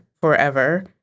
forever